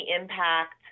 impact